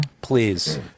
please